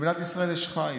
במדינת ישראל יש חיץ.